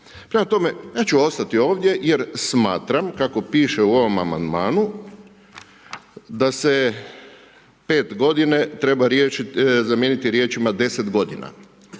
Prema tome ja ću ostati ovdje jer smatram kako piše u ovom amandmanu da se 5 godina treba zamijeniti riječima 10 godina.